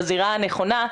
בזירה הנכונה.